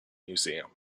museum